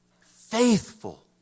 faithful